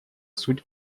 суть